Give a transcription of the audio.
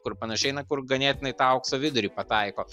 kur panašiai na kur ganėtinai tą aukso vidurį pataiko